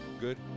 good